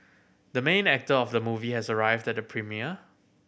the main actor of the movie has arrived at the premiere